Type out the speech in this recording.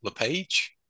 LePage